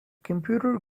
computer